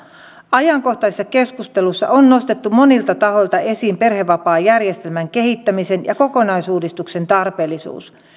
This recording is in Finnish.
ajankohtaisessa keskustelussa on nostettu monilta tahoilta esiin perhevapaajärjestelmän kehittämisen ja kokonaisuudistuksen tarpeellisuus